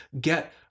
get